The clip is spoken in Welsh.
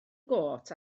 got